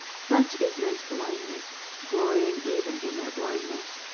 such is men's blindness, glorying even in their blindness.